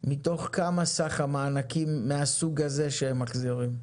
מתוך כמה סך המענקים מהסוג הזה שהם מחזירים?